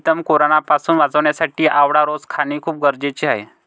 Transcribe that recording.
प्रीतम कोरोनापासून वाचण्यासाठी आवळा रोज खाणे खूप गरजेचे आहे